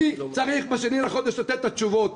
אני צריך ב-2 לחודש לתת לה תשובות.